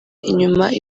inyuma